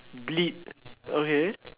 bleed okay